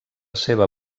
seva